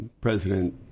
President